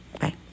bye